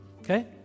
Okay